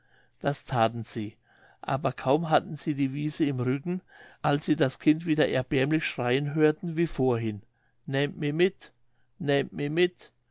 das thaten sie aber kaum hatten sie die wiese im rücken als sie das kind wieder erbärmlich schreien hörten wie vorhin nähmt mi mit nähmt mi mit